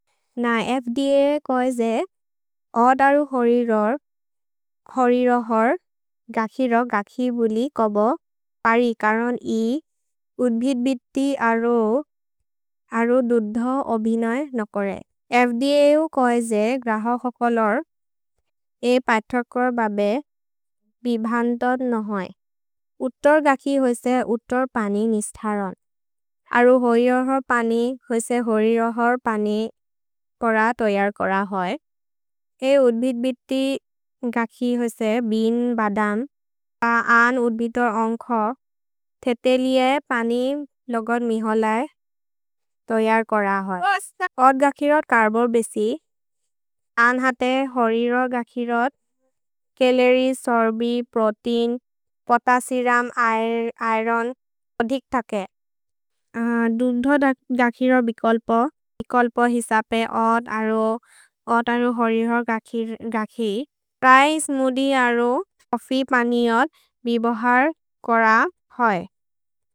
फ्द कोजे जे अद् अरु हरिरोर् हरिरोर् हर् गकि रो गकि बुलि कोबो परि करोन् इ उद्बित्-बित्ति। अरु अरु दुद्धो अबिनए नकोरे फ्द जो कोजे जे ग्रह होकोलोर् ए पैथकोर् बबे बिभन्दोद् नहोय् उतोर् गकि होसे। उतोर् पनि निस्थरोन् अरु हरिरोर् हर् पनि होसे हरिरोर् हर् पनि पर तोयर्कोर होय् ए उद्बित्-बित्ति गकि होसे बिन् बदम् अ अन् उद्बितोर् अन्खो थेते लिये। पनि लोगोन् मिहोल तोयर्कोर होय् ओद् गकि रो कर्बोर् बेसि अन् हते हरिरोर् गकि रो केल्लेरि, सर्बि, प्रोतेइन् पोतसिरम्, इरोन् ओदिक् तके दुद्धो गकि रो बिकल्प बिकल्प हिसप्। ओद् अरु ओद् अरु हरिरोर् गकि फ्र्य् स्मूथिए अरु चोफ्फी पनि अद् बिबहर् कोर होय्।